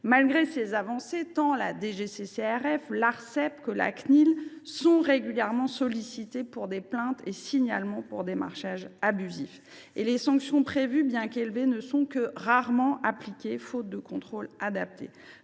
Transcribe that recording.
et de la distribution de la presse) et la Cnil sont régulièrement sollicitées pour des plaintes et signalements pour démarchage abusif. Et les sanctions prévues, bien qu’élevées, ne sont que rarement appliquées, faute de contrôles adaptés.